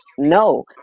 No